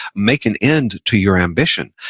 make an end to your ambition.